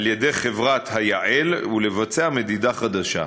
על-ידי חברת "היעל" ולערוך מדידה חדשה.